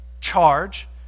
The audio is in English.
charge